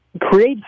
create